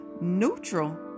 Neutral